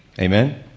Amen